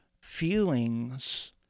feelings